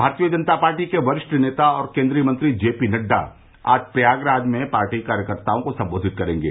भारतीय जनता पार्टी के वरिष्ठ नेता और केन्द्रीय मंत्री जेपी नड्डा आज प्रयागराज में पार्टी कार्यकर्ताओं को सम्बोधित करेंगे